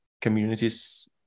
communities